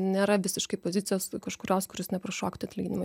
nėra visiškai pozicijos kažkurios kuris neprašoktų atlyginimo